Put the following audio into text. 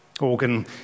Organ